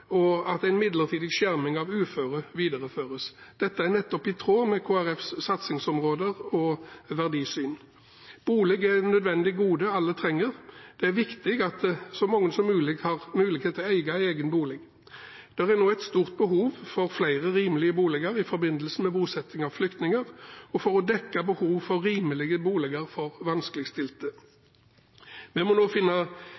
og at en midlertidig skjerming av uføre videreføres. Dette er nettopp i tråd med Kristelig Folkepartis satsingsområder og verdisyn. Bolig er et nødvendig gode alle trenger. Det er viktig at så mange som mulig har mulighet til å eie egen bolig. Det er nå et stort behov for flere rimelige boliger i forbindelse med bosetting av flyktninger og for å dekke behov for rimelige boliger for vanskeligstilte. Vi må nå finne